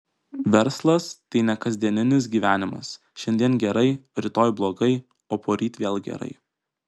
verslas tai ne kasdieninis gyvenimas šiandien gerai rytoj blogai o poryt vėl gerai